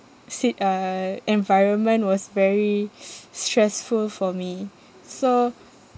sit uh environment was very stressful for me so